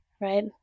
Right